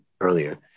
earlier